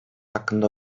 hakkında